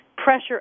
pressure